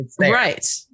Right